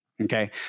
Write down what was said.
Okay